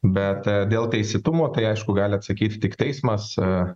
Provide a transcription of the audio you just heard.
bet dėl teisėtumo tai aišku gali atsakyti tik teismas